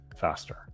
faster